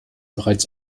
bereits